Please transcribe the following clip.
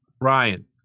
Ryan